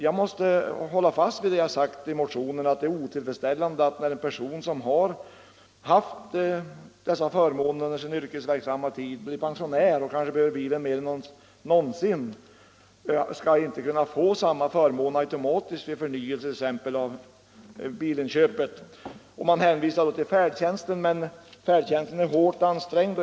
Jag måste hålla fast vid vad jag sagt i motionen, nämligen att det är otillfredsställande att en person som haft dessa förmåner under sin yrkesverksamma tid mister dem när han blir pensionär och kanske behöver bilen mer än någonsin tidigare. Utskottet hänvisar till färdtjänsten, men denna är hårt ansträngd.